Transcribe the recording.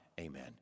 Amen